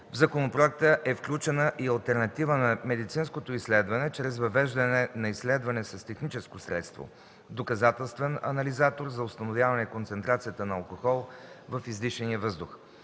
В законопроекта е включена и алтернатива на медицинското изследване чрез въвеждане на изследване с техническо средство – доказателствен анализатор за установяване концентрацията на алкохол в издишания въздух.